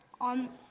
on